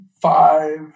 five